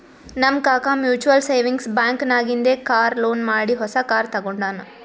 ನಮ್ ಕಾಕಾ mutual savings bank ನಾಗಿಂದೆ ಕಾರ್ ಲೋನ್ ಮಾಡಿ ಹೊಸಾ ಕಾರ್ ತಗೊಂಡಾನ್